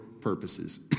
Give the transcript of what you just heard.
purposes